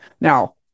Now